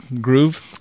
groove